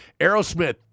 Aerosmith